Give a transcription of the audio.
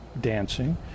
dancing